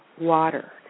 water